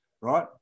right